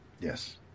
Yes